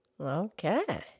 Okay